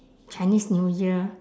chinese new year